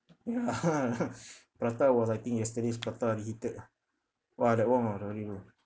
ya prata was I think yesterday's prata reheated ah !wah! that one ah really long